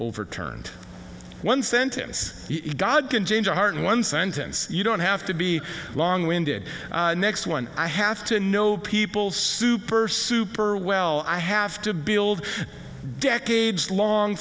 overturned one sentence god can change a heart in one sentence you don't have to be longwinded next one i have to know people super super well i have to build decades long